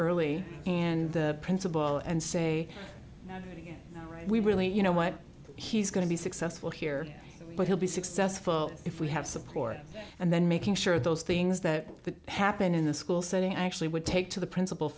early and the principal and say yes we really you know what he's going to be successful here but he'll be successful if we have support and then making sure those things that happen in the school setting actually would take to the principal